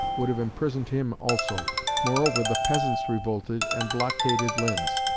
would have imprisoned him also moreover the peasants revolted and blockaded linz.